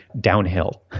downhill